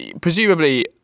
presumably